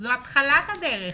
זו התחלת הדרך.